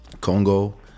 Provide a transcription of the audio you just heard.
Congo